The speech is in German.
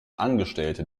angestellte